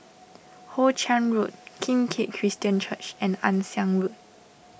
Hoe Chiang Road Kim Keat Christian Church and Ann Siang Road